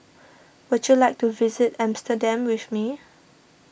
would you like to visit Amsterdam with me